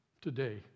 today